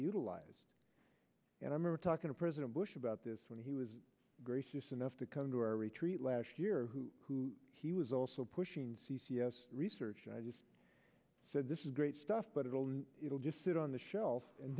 utilized and i remember talking to president bush about this when he was gracious enough to come to our retreat last year who he was also pushing c c s research i just said this is great stuff but it will just sit on the shelf and